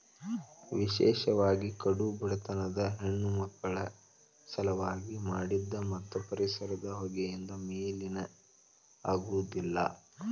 ವಿಶೇಷವಾಗಿ ಕಡು ಬಡತನದ ಹೆಣ್ಣಮಕ್ಕಳ ಸಲವಾಗಿ ನ ಮಾಡಿದ್ದ ಮತ್ತ ಪರಿಸರ ಹೊಗೆಯಿಂದ ಮಲಿನ ಆಗುದಿಲ್ಲ